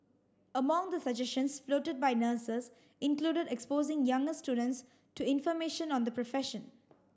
among the suggestions floated by nurses included exposing younger students to information on the profession